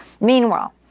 Meanwhile